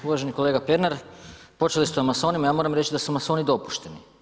Uvaženi kolega Pernar, počeli ste o masonima, ja moram reći da su masoni dopušteni.